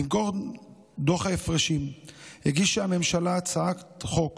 במקום דוח ההפרשים הגישה הממשלה הצעת חוק